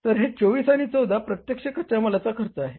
तर हे 24 आणि 14 प्रत्यक्ष कच्या मालाचा खर्च आहे